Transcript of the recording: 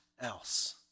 else